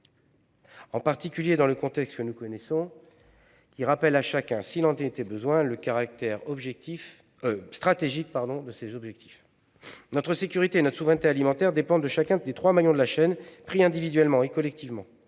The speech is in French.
plus vrai dans le contexte que nous connaissons, qui rappelle à chacun, s'il en était besoin, le caractère stratégique de ces objectifs. Notre sécurité et notre souveraineté alimentaires dépendent en fait de chacun des trois maillons de la chaîne, pris individuellement et collectivement.